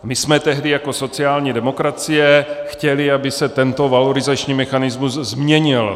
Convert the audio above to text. My jsme tehdy jako sociální demokracie chtěli, aby se tento valorizační mechanismus změnil.